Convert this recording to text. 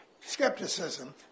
skepticism